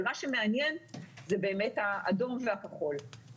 מה שמעניין זה באמת האדום והכחול.